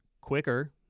quicker